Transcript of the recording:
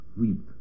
weep